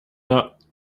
got